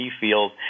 field